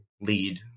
lead